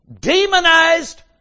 demonized